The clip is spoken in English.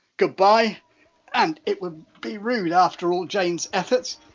goodbye and it would be rude after all jane's efforts,